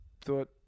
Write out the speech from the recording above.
thought